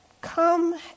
come